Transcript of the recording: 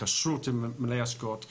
התקשרות עם מנהלי השקעות חיצוניים.